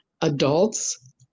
adults